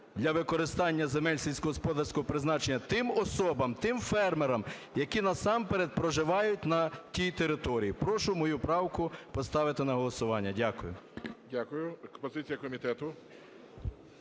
для використання земель сільськогосподарського призначення тим особам, тим фермерам, які насамперед проживають на тій території. Прошу мою правку поставити на голосування. Дякую. Веде засідання